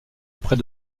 près